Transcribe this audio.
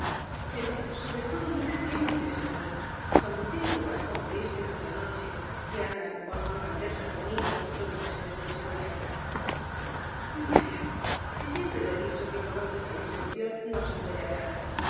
pero sobre todo mira qué me interesa á mí cuando tengo el corazón triste como la noche que hagan ó no hagan versos bonitos los maestros de escuela vaya si siempre he dicho que con hombres sin instrucción no se puede hablar